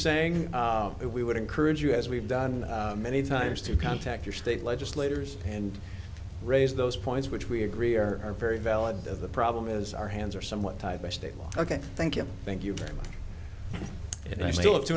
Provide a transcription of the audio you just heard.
saying but we would encourage you as we've done many times to contact your state legislators and raise those points which we agree are very valid of the problem is our hands are somewhat tied by state law ok thank you thank you very much